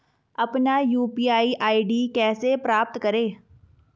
अपना UPI ID कैसे प्राप्त करें?